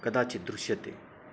कदाचित् दृश्यते